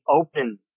open